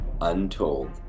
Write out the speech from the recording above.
untold